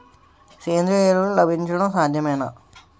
సేంద్రీయ ఎరువులు లభించడం సాధ్యమేనా?